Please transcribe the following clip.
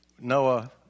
Noah